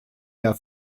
der